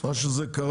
שכל